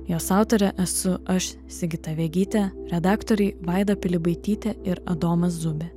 jos autorė esu aš sigita vegytė redaktoriai vaida pilibaitytė ir adomas zubė